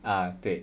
ah 对